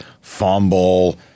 fumble